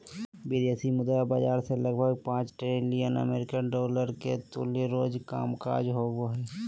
विदेशी मुद्रा बाजार मे लगभग पांच ट्रिलियन अमेरिकी डॉलर के तुल्य रोज कामकाज होवो हय